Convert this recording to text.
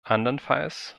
andernfalls